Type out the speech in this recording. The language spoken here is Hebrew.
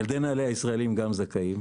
ילדי נעל"ה הישראליים גם זכאים.